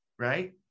right